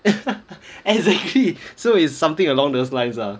exactly so it's something along those lines ah